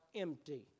empty